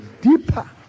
deeper